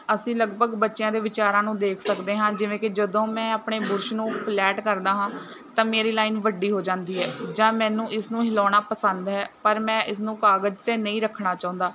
ਅਸੀਂ ਲੱਗਭਗ ਬੱਚਿਆਂ ਦੇ ਵਿਚਾਰਾਂ ਨੂੰ ਦੇਖ ਸਕਦੇ ਹਾਂ ਜਿਵੇਂ ਕਿ ਜਦੋਂ ਮੈਂ ਆਪਣੇ ਬੁਰਸ਼ ਨੂੰ ਫਲੈਟ ਕਰਦਾ ਹਾਂ ਤਾਂ ਮੇਰੀ ਲਾਈਨ ਵੱਡੀ ਹੋ ਜਾਂਦੀ ਹੈ ਜਾਂ ਮੈਨੂੰ ਇਸ ਨੂੰ ਹਿਲਾਉਣਾ ਪਸੰਦ ਹੈ ਪਰ ਮੈਂ ਇਸ ਨੂੰ ਕਾਗਜ਼ 'ਤੇ ਨਹੀਂ ਰੱਖਣਾ ਚਾਹੁੰਦਾ